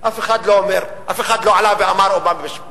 אף אחד לא אומר, אף אחד לא עלה ואמר "אומה במשבר".